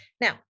Now